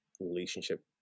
relationship